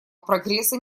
прогресса